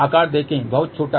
आकार देखें बहुत छोटा